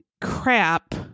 crap